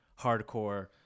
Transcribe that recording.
hardcore